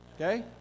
okay